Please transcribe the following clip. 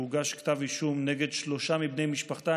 והוגש כתב אישום נגד שלושה בני משפחתה.